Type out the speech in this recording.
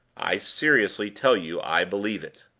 i seriously tell you i believe it.